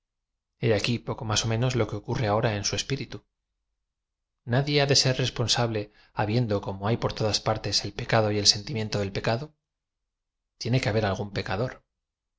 aquí poco más ó menos lo que ocurre ahora en su espíritu nadie ha de ser responsable hablen do como hay por todas partes el pecado y el sentí miento del pecado tiene que haber algún pecador